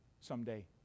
someday